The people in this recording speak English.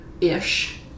ish